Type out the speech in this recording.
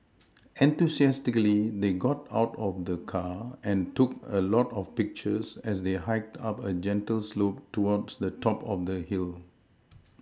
enthusiastically they got out of the car and took a lot of pictures as they hiked up a gentle slope towards the top of the hill